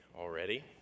already